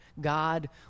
God